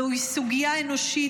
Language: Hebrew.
זוהי סוגיה אנושית,